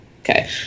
Okay